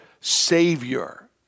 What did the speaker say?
Savior